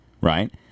Right